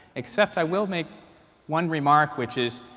except i will make one remark, which is,